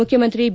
ಮುಖ್ಯಮಂತ್ರಿ ಬಿ